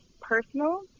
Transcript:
personal